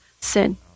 sin